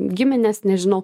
gimines nežinau